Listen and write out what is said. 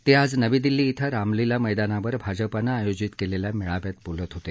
ते आज नवी दिल्ली इथं रामलीला मैदानावर भाजपानं आयोजित केलेल्या मेळाव्यात बोलत होते